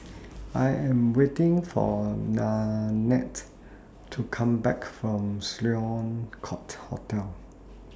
I Am waiting For Nannette to Come Back from Sloane Court Hotel